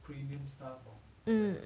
mm